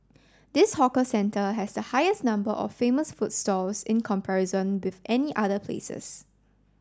this hawker centre has the highest number of famous food stalls in comparison with any other places